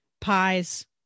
pies